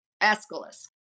Aeschylus